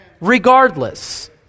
Regardless